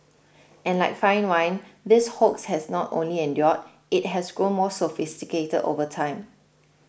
and like fine wine this hoax has not only endured it has grown more sophisticated over time